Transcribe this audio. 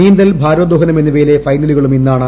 നീന്തൽ ഭാരോദഹനം എന്നിവയിലെ ഫൈനലുകളും ഇന്നാണ്